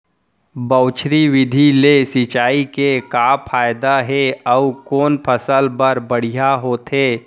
बौछारी विधि ले सिंचाई के का फायदा हे अऊ कोन फसल बर बढ़िया होथे?